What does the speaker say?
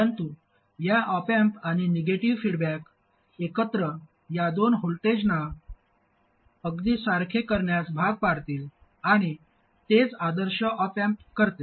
परंतु या op amp आणि निगेटिव्ह फीडबॅक एकत्र या दोन व्होल्टेजना अगदी सारखे करण्यास भाग पाडतील आणि तेच आदर्श ऑप अँप करते